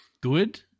good